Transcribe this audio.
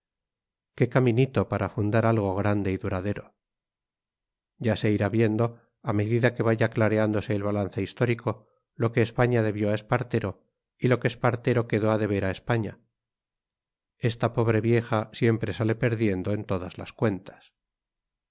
qué caminito para fundar algo grande y duradero ya se irá viendo a medida que vaya clareándose el balance histórico lo que españa debió a espartero y lo que espartero quedó a deber a españa esta pobre vieja siempre sale perdiendo en todas las cuentas